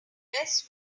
best